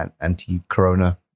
anti-corona